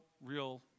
real